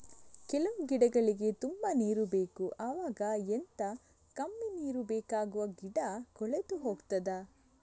ಕೆಲವು ಗಿಡಗಳಿಗೆ ತುಂಬಾ ನೀರು ಬೇಕು ಅವಾಗ ಎಂತ, ಕಮ್ಮಿ ನೀರು ಬೇಕಾಗುವ ಗಿಡ ಕೊಳೆತು ಹೋಗುತ್ತದಾ?